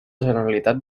generalitat